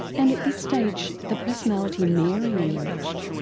and at this stage the personality mary emerged.